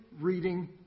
reading